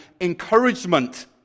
encouragement